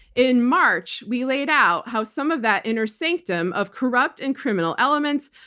in march, we laid out how some of that inner sanctum of corrupt and criminal elements,